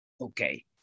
okay